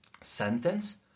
sentence